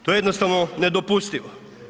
To je jednostavno nedopustivo.